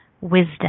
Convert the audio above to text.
wisdom